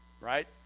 Right